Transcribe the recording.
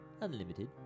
unlimited